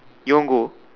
you want go